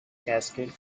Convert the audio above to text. cascade